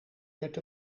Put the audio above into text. werd